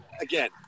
again